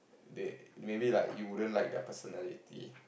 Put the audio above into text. they maybe like you wouldn't like their personality